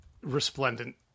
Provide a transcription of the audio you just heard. resplendent